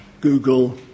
Google